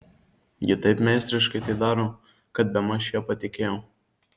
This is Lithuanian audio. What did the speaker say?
ji taip meistriškai tai daro kad bemaž ja patikėjau